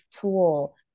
tool